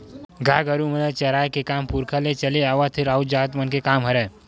गाय गरु मन ल चराए के काम पुरखा ले चले आवत राउत जात मन के काम हरय